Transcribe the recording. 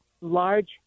large